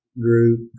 group